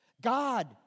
God